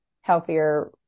healthier